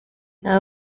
aba